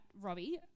Robbie